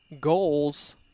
goals